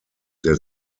der